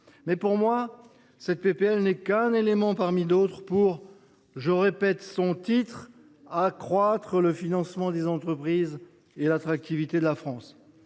proposition de loi n’est qu’un élément parmi d’autres pour – je répète son titre –« accroître le financement des entreprises et l’attractivité de la France